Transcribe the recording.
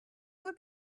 would